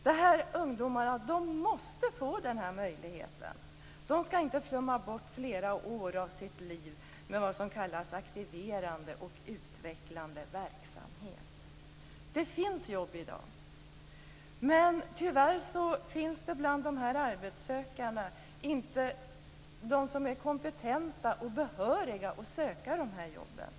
De här ungdomarna måste få den här möjligheten. De skall inte flumma bort flera år av sitt liv med vad som kallas "aktiverande och utvecklande verksamhet". Det finns jobb i dag, men tyvärr finns bland de arbetssökande inga som är kompetenta och behöriga att söka de jobben.